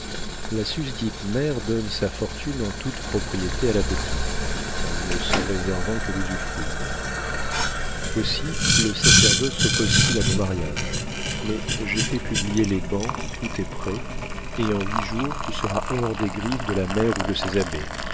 la susdite mère donne sa fortune en toute propriété à la petite en ne s'en réservant que l'usufruit aussi le sacerdoce soppose t il à ton mariage mais j'ai fait publier les bans tout est prêt et en huit jours tu seras hors des griffes de la mère ou de ses abbés